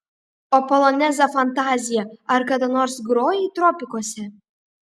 o polonezą fantaziją ar kada nors grojai tropikuose